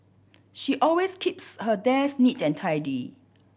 she always keeps her desk neat and tidy